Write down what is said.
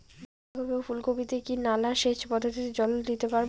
বাধা কপি ও ফুল কপি তে কি নালা সেচ পদ্ধতিতে জল দিতে পারবো?